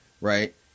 right